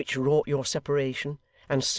which wrought your separation,